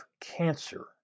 cancer